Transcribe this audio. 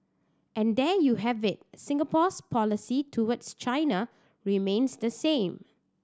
and there you have it Singapore's policy towards China remains the same